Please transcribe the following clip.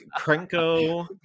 Krenko